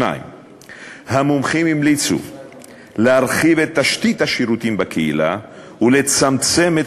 3. המומחים המליצו להרחיב את תשתית השירותים בקהילה ולצמצם את